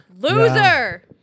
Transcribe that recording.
loser